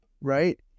Right